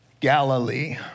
Galilee